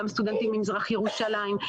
גם סטודנטים ממזרח ירושלים,